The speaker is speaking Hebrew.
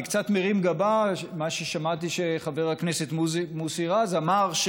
אני קצת מרים גבה ממה ששמעתי שחבר הכנסת מוסי רז אמר,